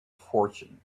fortune